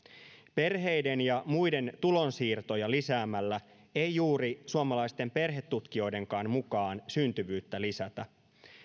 perheiden ja muiden tulonsiirtoja lisäämällä ei juuri suomalaisten perhetutkijoidenkaan mukaan syntyvyyttä lisätä